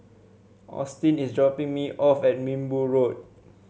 Austin is dropping me off at Minbu Road